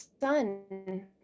son